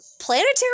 planetary